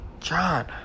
John